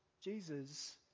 Jesus